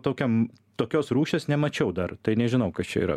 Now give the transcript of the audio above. tokiam tokios rūšies nemačiau dar tai nežinau kas čia yra